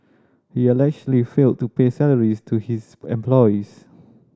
he allegedly failed to pay salaries to his employees